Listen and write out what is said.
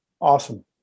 Awesome